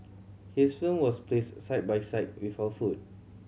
his film was placed side by side with our food